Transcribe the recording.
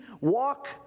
walk